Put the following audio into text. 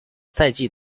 赛季